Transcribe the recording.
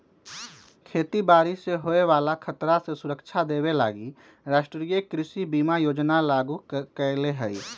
खेती बाड़ी से होय बला खतरा से सुरक्षा देबे लागी राष्ट्रीय कृषि बीमा योजना लागू कएले हइ